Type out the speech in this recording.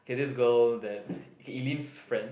okay this girl that okay Eleen's friend